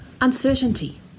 Uncertainty